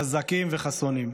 חזקים וחסונים.